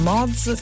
Mods